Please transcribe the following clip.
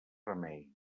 remei